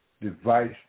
device